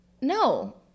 no